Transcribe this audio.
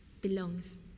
belongs